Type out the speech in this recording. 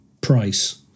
price